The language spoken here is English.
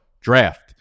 draft